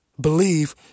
believe